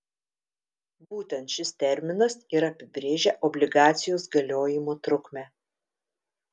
būtent šis terminas ir apibrėžia obligacijos galiojimo trukmę